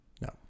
No